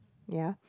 ya